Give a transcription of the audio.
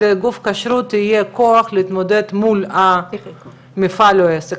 שלגוף כשרות יהיה כוח להתמודד מול המפעל או העסק.